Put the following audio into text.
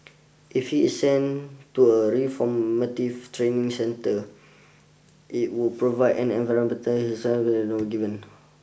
if he is sent to a reformative training centre it would provide an environment his given